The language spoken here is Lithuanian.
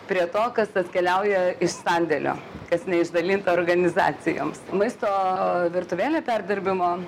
prie to kas atkeliauja iš sandėlio kas neišdalinta organizacijoms maisto virtuvėlė perdirbimo